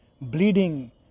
bleeding